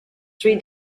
three